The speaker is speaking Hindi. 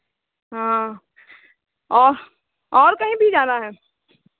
हाँ और और कहीं भी जाना है